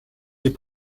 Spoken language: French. des